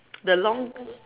the long